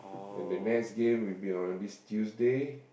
and that match game will be on this Tuesday